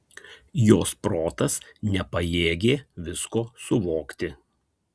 jos protas nepajėgė visko suvokti